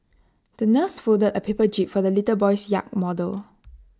the nurse folded A paper jib for the little boy's yacht model